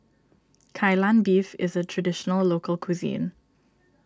Kai Lan Beef is a Traditional Local Cuisine